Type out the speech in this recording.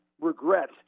regret